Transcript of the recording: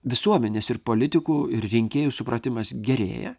visuomenės ir politikų ir rinkėjų supratimas gerėja